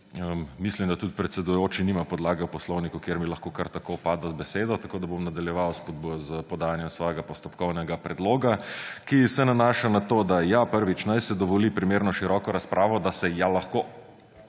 Mislim, da tudi predsedujoči nima podlage v poslovniku, kjer bi lahko kar tako vpadal v besedo. Tako bom nadaljeval s podajanjem svojega postopkovnega predloga, ki se nanaša na to, da ja; prvič, naj se dovoli primerno široko razpravo, da se ja lahko